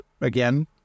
again